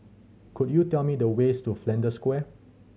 could you tell me the ways to Flanders Square